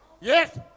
Yes